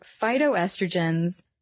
phytoestrogens